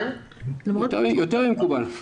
יותר ממקובל.